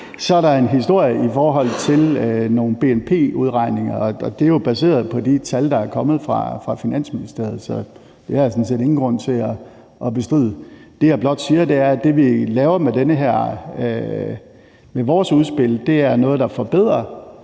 Så er der en historie i forhold til nogle bnp-udregninger, og de er jo baseret på de tal, der er kommet fra Finansministeriet, så dem har jeg sådan set ingen grund til at bestride. Det, jeg blot siger, er, at det, vi laver med vores udspil, er noget, der forbedrer